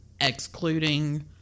excluding